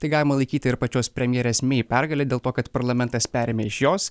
tai galima laikyti ir pačios premjerės mei pergale dėl to kad parlamentas perėmė iš jos